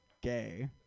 gay